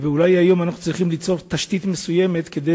ואולי היום אנחנו צריכים ליצור תשתית מסוימת כדי